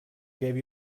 gave